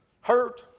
hurt